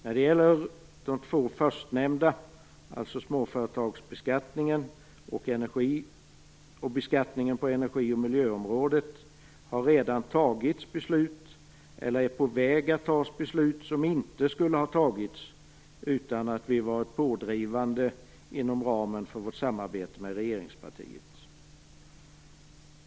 På de två förstnämnda områdena har beslut redan fattats, eller är på väg att fattas, som inte skulle ha fattats om inte Centerpartiet hade varit pådrivande inom ramen för samarbetet med regeringspartiet.